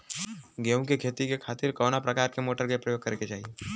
गेहूँ के खेती के खातिर कवना प्रकार के मोटर के प्रयोग करे के चाही?